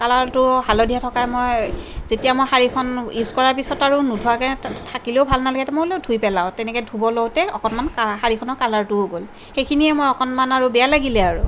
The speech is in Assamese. কালাৰটো হালধীয়া থকাত মই যেতিয়া মই শাড়ীখন ইউজ কৰাৰ পিছত আৰু নোধোৱাকে থাকিলেও ভাল নালাগে তহ মই বোলো ধুই পেলাওঁ তেনেকে ধুব লওঁতে অকণমান শাড়ীখনৰ কালাৰটোও গ'ল সেইখিনিয়ে মই অকণমান আৰু বেয়া লাগিলে আৰু